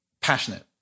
passionate